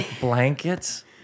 blankets